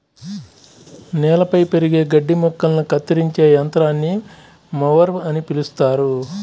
నేలపై పెరిగే గడ్డి మొక్కలను కత్తిరించే యంత్రాన్ని మొవర్ అని పిలుస్తారు